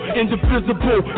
indivisible